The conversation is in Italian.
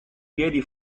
piedi